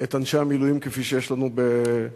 את אנשי המילואים כפי שיש לנו בצה"ל.